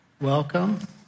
welcome